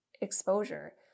exposure